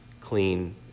clean